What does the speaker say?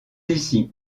ici